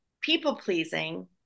people-pleasing